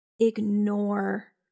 Ignore